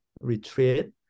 retreat